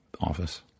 office